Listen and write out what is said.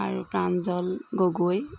আৰু প্ৰাঞ্জল গগৈ